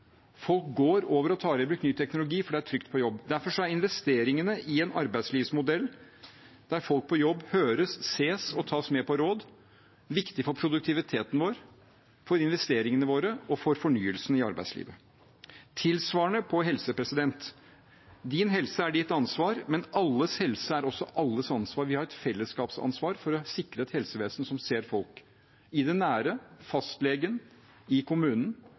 Folk går over og tar i bruk ny teknologi fordi det er trygt på jobb. Derfor er investeringene i en arbeidslivsmodell der folk på jobb høres, ses og tas med på råd, viktig for produktiviteten vår, for investeringene våre og for fornyelsen i arbeidslivet. Tilsvarende for helse: Din helse er ditt ansvar, men alles helse er også alles ansvar. Vi har et fellesskapsansvar for å sikre et helsevesen som ser folk – i det nære, fastlegen i kommunen,